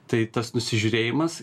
tai tas nusižiūrėjimas